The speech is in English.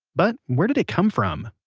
but where did it come from?